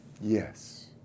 Yes